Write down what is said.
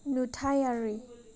नुथायारि